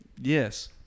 Yes